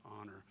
honor